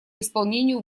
исполнению